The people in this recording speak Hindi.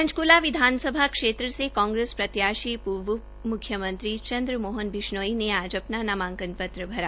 पंचकूला विधानसभा क्षेत्र से कांगेस प्रत्याशी पूर्व उप म्ख्यमंत्री चन्द्रमोहन बिश्नोई ने आज अपना नामांकन पत्र भरा